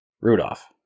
Rudolph